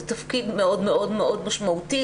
זה תפקיד מאוד מאוד מאוד משמעותי,